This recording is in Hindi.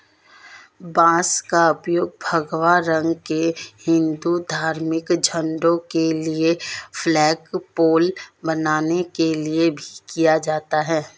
बांस का उपयोग भगवा रंग के हिंदू धार्मिक झंडों के लिए फ्लैगपोल बनाने के लिए भी किया जाता है